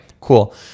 Cool